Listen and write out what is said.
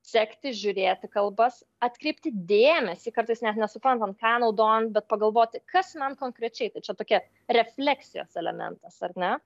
sekti žiūrėti kalbas atkreipti dėmesį kartais net nesuprantam ką naudojam bet pagalvoti kas man konkrečiai tai čia tokia refleksijos elementas ar ne